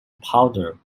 powder